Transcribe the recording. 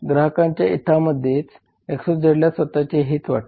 ग्राहकांच्या हितामध्येच XYZ ला स्वतःचे हित वाटते